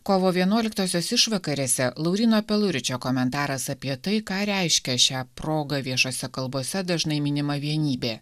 kovo vienuoliktosios išvakarėse lauryno peluričio komentaras apie tai ką reiškia šią progą viešose kalbose dažnai minima vienybė